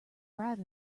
arrive